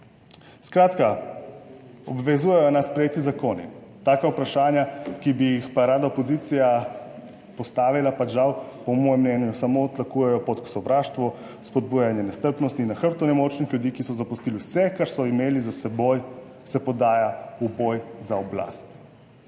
Skratka, obvezujejo nas sprejeti zakoni. Taka vprašanja, ki bi jih pa rada opozicija postavila, pa žal po mojem mnenju samo tlakujejo pot k sovraštvu, spodbujanje nestrpnosti na hrbtu nemočnih ljudi, ki so zapustili vse, kar so imeli za seboj, se podaja v boj za oblast.